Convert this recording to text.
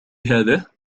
هذه